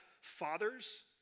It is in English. fathers